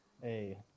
Hey